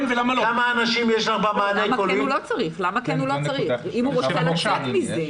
למה הוא לא צריך להיות בבידוד אם הוא רוצה לצאת מזה.